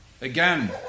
Again